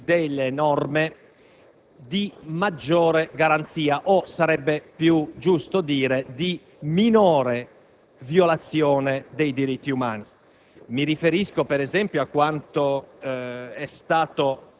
siano state introdotte, almeno in teoria, norme di maggiore garanzia o, sarebbe più giusto precisare, di minore violazione dei diritti umani.